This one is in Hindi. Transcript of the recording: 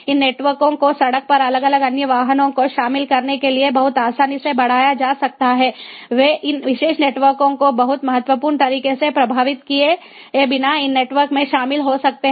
इन नेटवर्कों को सड़क पर अलग अलग अन्य वाहनों को शामिल करने के लिए बहुत आसानी से बढ़ाया जा सकता है वे इन विशेष नेटवर्कों को बहुत महत्वपूर्ण तरीके से प्रभावित किए बिना इन नेटवर्क में शामिल हो सकते हैं